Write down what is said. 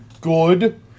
good